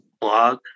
blog